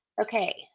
Okay